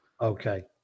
Okay